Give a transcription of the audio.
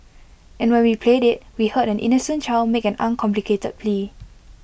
and when we played IT we heard an innocent child make an uncomplicated plea